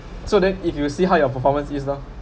so then if you see how your performance is lor